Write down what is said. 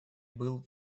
был